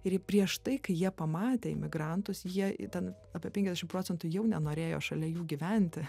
ir prieš tai kai jie pamatė imigrantus jie ten apie penkiasdešimt procentų jau nenorėjo šalia jų gyventi